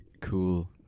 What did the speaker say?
cool